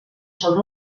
sobre